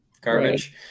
garbage